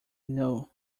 know